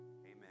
amen